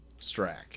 Strack